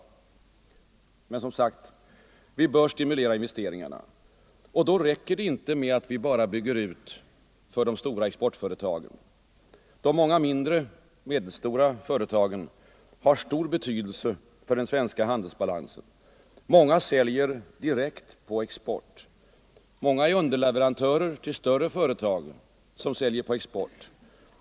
Vi bör, som sagt, stimulera investeringarna, och då räcker det inte att vi bara bygger ut för de stora exportföretagen. De många mindre och medelstora företagen har stor betydelse för den svenska handelsbalansen. Många säljer direkt på export. Många är underleverantörer till större företag som säljer på export.